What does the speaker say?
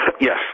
yes